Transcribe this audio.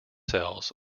cells